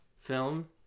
film